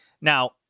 now